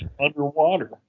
underwater